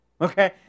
Okay